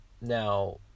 Now